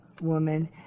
woman